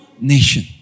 nation